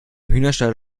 hühnerstall